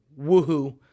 Woohoo